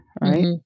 right